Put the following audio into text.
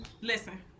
Listen